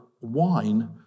wine